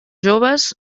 joves